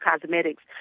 Cosmetics